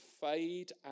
fade